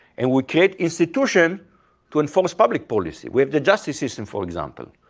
and we create institution to enforce public policy. we have the justice system, for example.